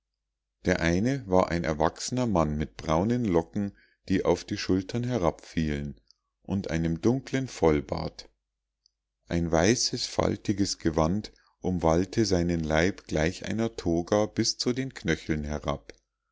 der eine war ein erwachsener mann mit braunen locken die auf die schultern herabfielen und einem dunklen vollbart ein weißes faltiges gewand umwallte seinen leib gleich einer toga bis zu den knöcheln herab